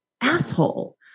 asshole